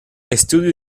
estudió